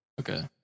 okay